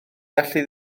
allu